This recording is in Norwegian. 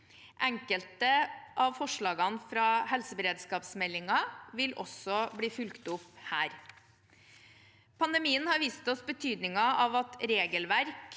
Enkelte av forslagene fra helseberedskapsmeldingen vil også bli fulgt opp her. Pandemien har vist oss betydningen av et regelverk